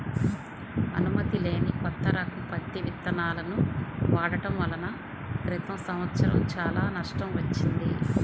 అనుమతి లేని కొత్త రకం పత్తి విత్తనాలను వాడటం వలన క్రితం సంవత్సరం చాలా నష్టం వచ్చింది